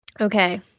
Okay